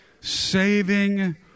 saving